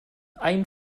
ein